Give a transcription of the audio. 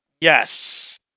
Yes